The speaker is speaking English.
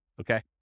Okay